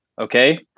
Okay